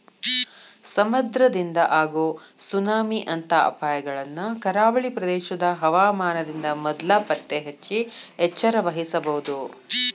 ಸಮುದ್ರದಿಂದ ಆಗೋ ಸುನಾಮಿ ಅಂತ ಅಪಾಯಗಳನ್ನ ಕರಾವಳಿ ಪ್ರದೇಶದ ಹವಾಮಾನದಿಂದ ಮೊದ್ಲ ಪತ್ತೆಹಚ್ಚಿ ಎಚ್ಚರವಹಿಸಬೊದು